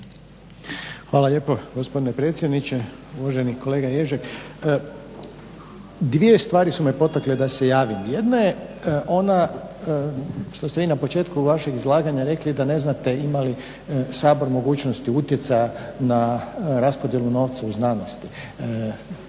Hvala lijepo gospodine predsjedniče. Uvaženi kolega Ježek, dvije stvari su me potakle da se javim, jedna je ona što ste vi na početku vašeg izlaganja rekli da ne znate ima li Sabor mogućnosti utjecaja na raspodjelu novca u znanosti.